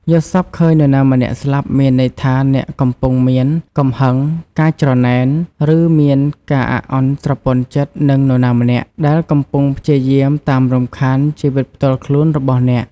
យល់សប្តិឃើញនរណាម្នាក់ស្លាប់ មានន័យថាអ្នកកំពុងមាន កំហឹង ការច្រណែន ឬមានការអាក់អន់ស្រពន់ចិត្តនឹងនរណាម្នាក់ ដែលកំពុងព្យាយាមតាមរំខាន ជីវិតផ្ទាល់ខ្លួនរបស់អ្នក។